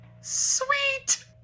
Sweet